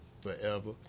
forever